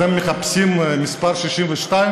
אתם מחפשים מספר 62?